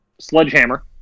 Sledgehammer